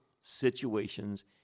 situations